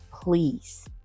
Please